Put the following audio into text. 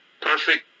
perfect